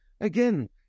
Again